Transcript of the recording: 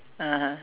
(uh huh)